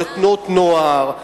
או לתנועות נוער,